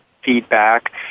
feedback